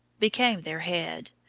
became their head.